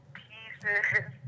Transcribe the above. pieces